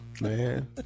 man